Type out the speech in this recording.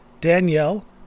Danielle